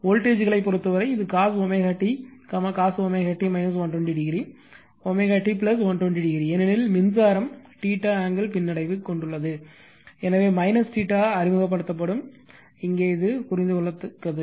வோல்டேஜ்களை பொறுத்தவரை இது cos t cos t 120 o t 120 o ஏனெனில் மின்சாரம் ஆங்கிள் பின்னடைவு கொண்டுள்ளது எனவே அறிமுகப்படுத்தப்படும் இங்கே இது புரிந்து கொள்ளத்தக்கது